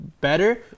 better